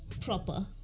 proper